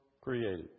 created